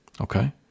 Okay